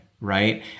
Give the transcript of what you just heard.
right